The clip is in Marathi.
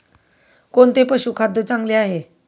कोणते पशुखाद्य चांगले आहे?